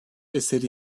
eseri